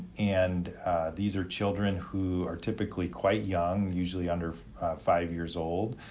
and these are children who are typically quite young, usually under five years old,